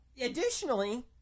Additionally